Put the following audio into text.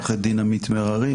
עו"ד עמית מררי.